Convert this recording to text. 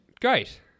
Great